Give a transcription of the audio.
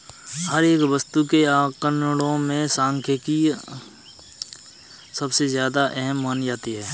हर एक वस्तु के आंकडों में सांख्यिकी सबसे ज्यादा अहम मानी जाती है